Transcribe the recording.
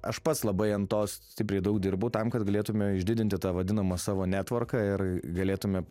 aš pats labai ant to stipriai daug dirbu tam kad galėtume išdidinti tą vadinamą savo netvarką ir galėtume